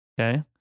Okay